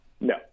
No